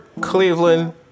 Cleveland